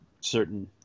certain